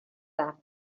left